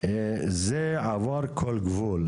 זה עבר כל גבול.